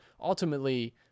ultimately